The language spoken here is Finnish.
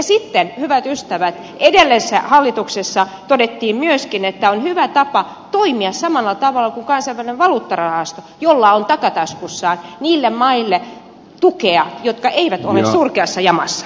sitten hyvät ystävät edellisessä hallituksessa todettiin myöskin että on hyvä tapa toimia samalla tavalla kuin kansainvälinen valuuttarahasto jolla on takataskussaan niille maille tukea jotka eivät ole surkeassa jamassa